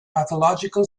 pathological